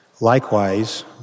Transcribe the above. Likewise